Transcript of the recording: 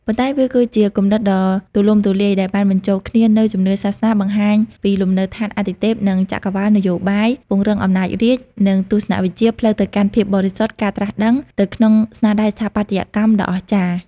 ប៉ុន្តែវាគឺជាគំនិតដ៏ទូលំទូលាយដែលបានបញ្ចូលគ្នានូវ ជំនឿសាសនា បង្ហាញពីលំនៅដ្ឋានអាទិទេព និងចក្រវាឡ នយោបាយ ពង្រឹងអំណាចរាជ្យ និង ទស្សនវិជ្ជា ផ្លូវទៅកាន់ភាពបរិសុទ្ធ ការត្រាស់ដឹង ទៅក្នុងស្នាដៃស្ថាបត្យកម្មដ៏អស្ចារ្យ។